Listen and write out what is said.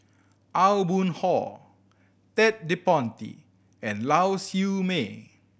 Aw Boon Haw Ted De Ponti and Lau Siew Mei